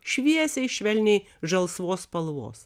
šviesiai švelniai žalsvos spalvos